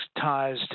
ties